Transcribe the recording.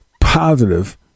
positive